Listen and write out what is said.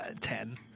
Ten